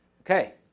Okay